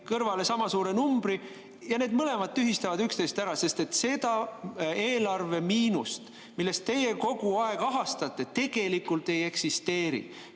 kõrvale sama suure numbri ja need mõlemad tühistavad üksteist ära, sest seda eelarve miinust, millest teie kogu aeg ahastate, tegelikult ei eksisteeri.